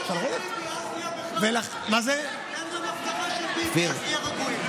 תן גם הבטחה של ביבי, אז נהיה רגועים.